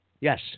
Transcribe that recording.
Yes